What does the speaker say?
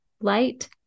light